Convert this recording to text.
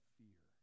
fear